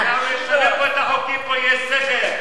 פה יהיה סדר.